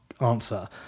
answer